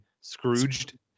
Scrooged